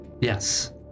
Yes